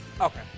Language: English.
Okay